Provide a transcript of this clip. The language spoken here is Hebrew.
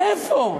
מאיפה?